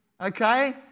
okay